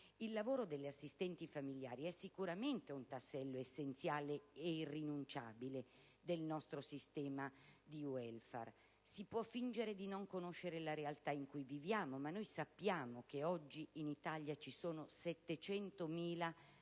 Il lavoro delle assistenti familiari è sicuramente un tassello essenziale e irrinunciabile del nostro *welfare* familiare. Si può fingere di non conoscere la realtà in cui viviamo, ma oggi sappiamo che in Italia ci sono 700.000 regolari